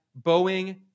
Boeing